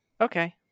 Okay